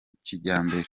kijyambere